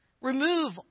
Remove